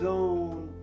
Zone